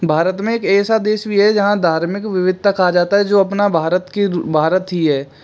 भारत में एक ऐसा देश भी है जहां धार्मिक विविधता कहा जाता है जो अपना भारत के भारत ही है